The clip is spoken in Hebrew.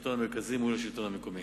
השלטון המרכזי מול השלטון המקומי.